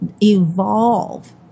evolve